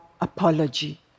apology